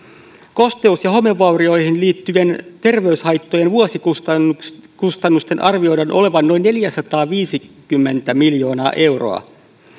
kosteus ja homevaurioihin liittyvien terveyshaittojen vuosikustannusten arvioidaan olevan noin neljäsataaviisikymmentä miljoonaa euroa